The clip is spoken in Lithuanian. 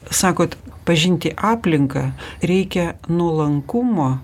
sakot pažinti aplinką reikia nuolankumo